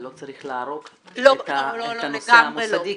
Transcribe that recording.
אבל לא צריך להרוג את הנושא המוסדי,